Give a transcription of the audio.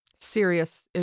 serious